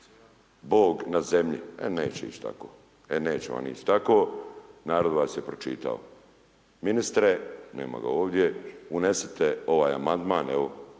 bog na zemlji. E neće ići tako, e neće vam ići tako narod vas je pročitao Ministre nema ga ovdje unesite ovaj amandman